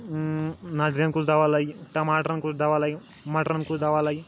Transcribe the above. نَدرٮ۪ن کُس دوا لَگہِ ٹماٹرَن کُس دوا لَگہِ مَٹرَن کُس دوا لَگہِ